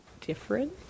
different